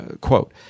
quote